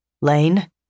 Lane